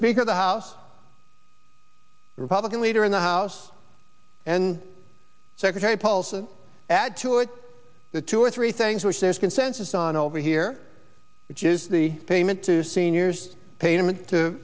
speaker of the house republican leader in the house and secretary paulson add to it the two or three things which there's consensus on over here which is the payment to seniors payment th